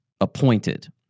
appointed